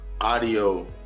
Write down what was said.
audio